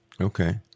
Okay